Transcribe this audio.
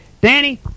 Danny